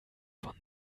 von